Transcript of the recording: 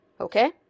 Okay